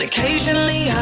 Occasionally